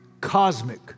cosmic